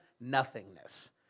nothingness